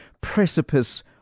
precipice